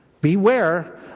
beware